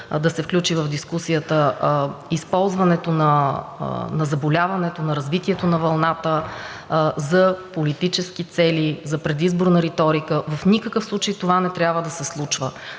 да се включи в дискусията – използването на заболяването, на развитието на вълната за политически цели, за предизборна риторика, в никакъв случай това не трябва да се случва.